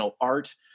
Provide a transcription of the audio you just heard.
art